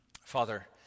Father